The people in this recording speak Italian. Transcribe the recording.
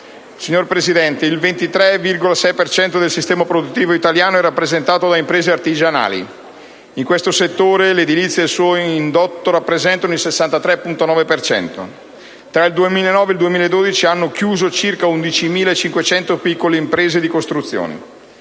Signora Presidente, il 23,6 per cento del sistema produttivo italiano è rappresentato da imprese artigianali. In questo settore, l'edilizia e il suo indotto rappresentano il 63,9 per cento. Tra il 2009 e il 2012 hanno chiuso circa 11.500 piccole imprese di costruzione.